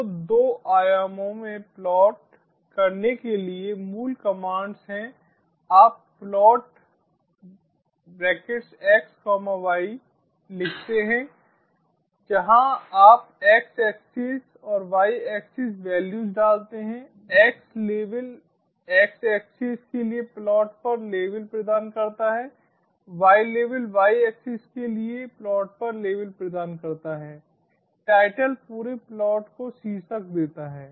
तो दो आयामों में प्लॉट करने के लिए मूल कमांड्स हैं आप plot x y लिखते हैं जहाँ आप x एक्सिस और y एक्सिस वैल्यूज़ डालते हैं x लेबल x एक्सिस के लिए प्लॉट पर लेबल प्रदान करता है y लेबल y एक्सिस के लिए प्लॉट पर लेबल प्रदान करता है title पूरे प्लॉट को शीर्षक देता है